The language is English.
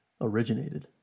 originated